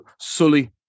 Sully